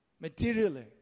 materially